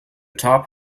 top